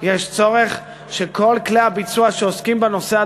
יש צורך שכל כלי הביצוע שעוסקים בנושא,